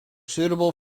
suitable